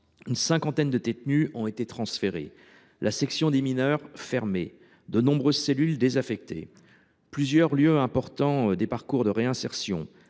Une cinquantaine de détenus ont été transférés, la section des mineurs, fermée, de nombreuses cellules, désinfectées. Plusieurs lieux importants du parcours de réinsertion